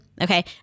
okay